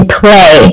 play